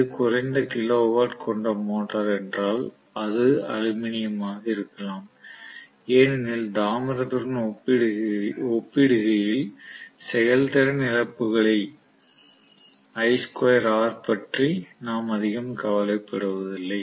இது குறைந்த kilo watt கொண்ட மோட்டார் என்றால் அது அலுமினியமாக இருக்கலாம் ஏனெனில் தாமிரத்துடன் ஒப்பிடுகையில் செயல்திறன் இழப்புகளைப் பற்றி நாம் அதிகம் கவலைப்படுவதில்லை